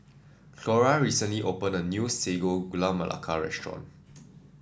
Cleora recently opened a new Sago Gula Melaka restaurant